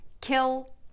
kill